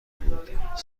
بود